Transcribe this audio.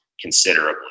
considerably